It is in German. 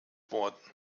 worden